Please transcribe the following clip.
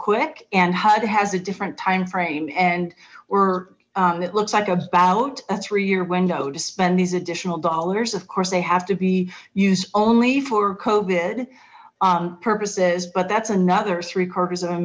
quick and hud has a different timeframe and we're it looks like about a three year window to spend these additional dollars of course they have to be used only for covered purposes but that's another three quarters of a